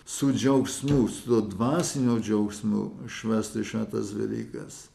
su džiaugsmu su dvasiniu džiaugsmu švęsti šventas velykas